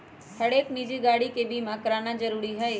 हरेक निजी गाड़ी के बीमा कराना जरूरी हई